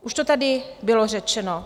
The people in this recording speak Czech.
Už to tady bylo řečeno.